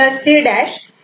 C' असे मिळते